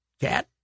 Cat